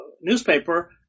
newspaper